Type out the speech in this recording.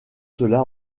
cela